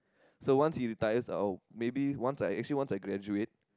so once he retires I'll maybe once I actually once I graduate